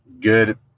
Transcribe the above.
good